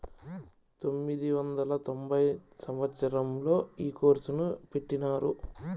పంతొమ్మిది వందల తొంభై సంవచ్చరంలో ఈ కోర్సును పెట్టినారు